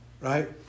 Right